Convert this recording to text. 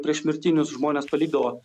priešmirtinius žmones palikdavo